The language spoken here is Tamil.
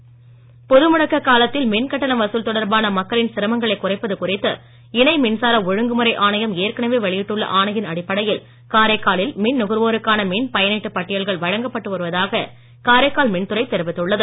மின் கட்டணம் பொது முடக்க காலத்தில் மின் கட்டண வசூல் தொடர்பான மக்களின் சிரமங்களை குறைப்பது குறித்து இணை மின்சார ஒழுங்குமுறை ஆணையம் ஏற்கனவே வெளியிட்டுள்ள ஆணையின் அடிப்படையில் காரைக்காலில் மின் நுகர்வோருக்கான மின் பயனீட்டு பட்டியல்கள் வழங்கப்பட்டு வருவதாக காரைக்கால் மின்துறை தெரிவித்துள்ளது